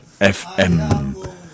FM